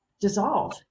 dissolve